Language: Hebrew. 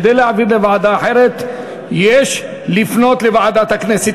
כדי להעביר לוועדה אחרת יש לפנות לוועדת הכנסת.